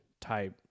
type